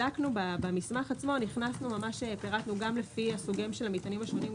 במסמך עצמו פירטנו גם לפי סוגי המטענים השונים,